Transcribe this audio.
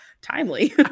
Timely